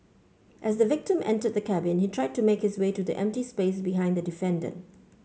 as the victim entered the cabin he tried to make his way to the empty space behind the defendant